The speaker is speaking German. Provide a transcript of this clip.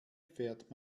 fährt